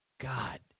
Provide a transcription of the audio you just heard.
God